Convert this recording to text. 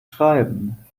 schreiben